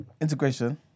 Integration